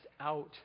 out